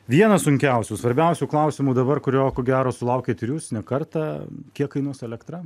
vienas sunkiausių svarbiausių klausimų dabar kurio ko gero sulaukėt ir jūs ne kartą kiek kainuos elektra